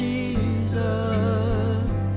Jesus